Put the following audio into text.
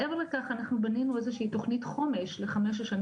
מעבר לכך אנחנו בנינו איזו שהיא תוכנית חומש לחמש השנים